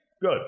Good